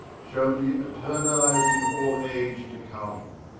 shall be eterniz'd in all age to come.